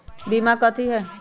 बीमा कथी है?